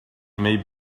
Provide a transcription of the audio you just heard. may